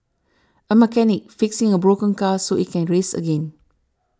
a mechanic fixing a broken car so it can race again